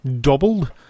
doubled